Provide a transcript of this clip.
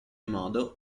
modo